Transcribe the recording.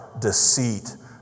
deceit